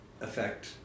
affect